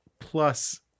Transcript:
Plus